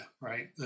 right